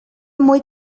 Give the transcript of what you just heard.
muy